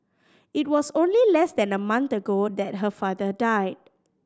it was only less than a month ago that her father died